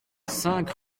cinq